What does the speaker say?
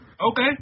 Okay